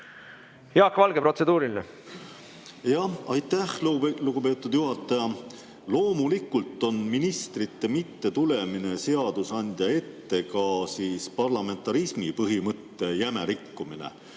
Jaak Valge, protseduuriline. Aitäh, lugupeetud juhataja! Loomulikult on ministrite mittetulemine seadusandja ette parlamentarismi põhimõtte jäme rikkumine